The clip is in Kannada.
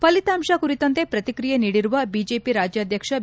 ಫಲಿತಾಂಶ ಕುರಿತಂತೆ ಪ್ರತಿಕ್ರಿಯೆ ನೀಡಿರುವ ಬಿಜೆಪಿ ರಾಜ್ಯಾಧ್ವಕ್ಷ ಬಿ